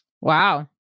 Wow